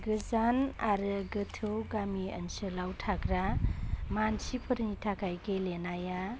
गोजान आरो गोथौ गामि ओनसोलाव थाग्रा मानसिफोरनि थाखाय गेलेनाया